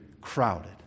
crowded